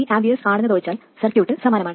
7 mA ആണെന്നതൊഴിച്ചാൽ circuit സമാനമാണ്